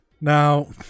now